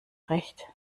recht